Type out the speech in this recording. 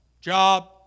job